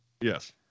Yes